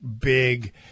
big